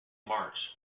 march